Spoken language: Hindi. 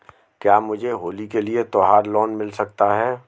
क्या मुझे होली के लिए त्यौहार लोंन मिल सकता है?